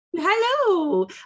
hello